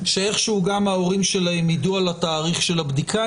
שאיכשהו גם ההורים שלהם ידעו על התאריך של הבדיקה,